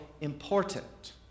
important